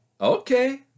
okay